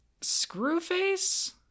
Screwface